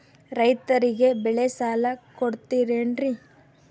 ರೈತರಿಗೆ ಬೆಳೆ ಸಾಲ ಕೊಡ್ತಿರೇನ್ರಿ?